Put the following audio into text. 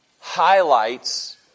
highlights